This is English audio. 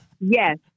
Yes